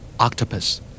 Octopus